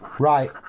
Right